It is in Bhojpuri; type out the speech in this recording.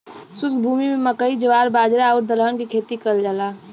शुष्क भूमि में मकई, जवार, बाजरा आउर दलहन के खेती कयल जाला